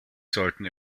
sollten